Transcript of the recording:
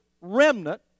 remnant